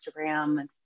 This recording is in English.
Instagram